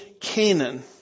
Canaan